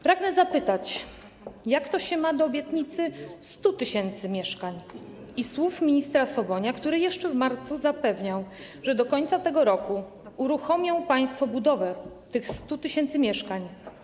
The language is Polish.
Pragnę zapytać, jak to się ma do obietnicy 100 tys. mieszkań i słów ministra Sobonia, który jeszcze w marcu zapewniał, że do końca tego roku uruchomią państwo budowę tych 100 tys. mieszkań.